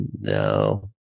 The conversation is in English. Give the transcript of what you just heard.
No